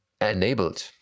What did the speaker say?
enabled